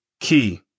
key